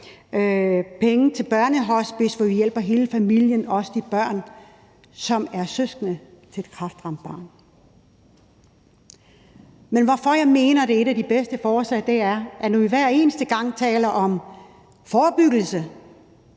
penge til børnehospicer, hvor vi hjælper hele familien og også de børn, som er søskende til et kræftramt barn. Men når jeg mener, det er et af de bedste forslag, er det, fordi vi, hver eneste gang vi taler om forebyggelse,